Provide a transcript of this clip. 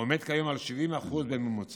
עומד כיום על 70% בממוצע,